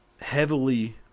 heavily